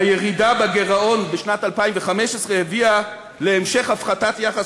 הירידה בגירעון בשנת 2015 הביאה להמשך הפחתת היחס